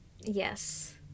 yes